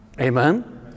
Amen